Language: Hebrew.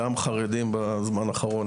גם החרדים בזמן האחרון.